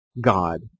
God